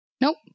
Nope